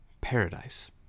paradise